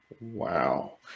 Wow